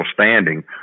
standing